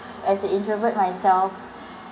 as an introvert myself